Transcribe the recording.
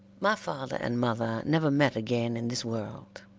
my father and mother never met again in this world.